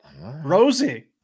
Rosie